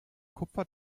kupfer